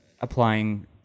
applying